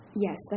Yes